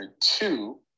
two